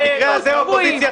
כל הזמן יש